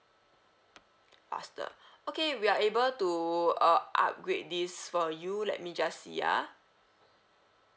faster okay we are able to uh upgrade these for you let me just see ah